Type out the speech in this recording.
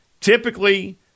typically